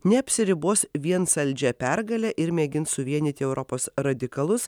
neapsiribos vien saldžia pergale ir mėgins suvienyti europos radikalus